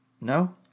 No